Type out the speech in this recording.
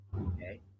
okay